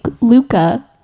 Luca